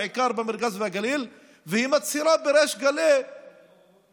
בעיקר במרכז ובגליל, והיא מצהירה בריש גלי שהיא